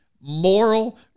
moral